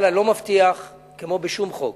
אני לא מבטיח, כמו בשום חוק